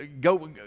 go